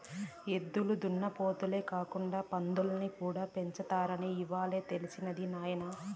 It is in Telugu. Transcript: ఎద్దులు దున్నపోతులే కాకుండా పందుల్ని కూడా పెంచుతారని ఇవ్వాలే తెలిసినది నాయన